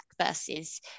versus